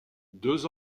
deux